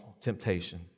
temptation